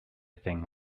thing